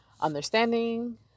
understanding